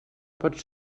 pot